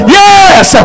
yes